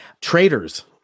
traders